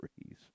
trees